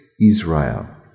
Israel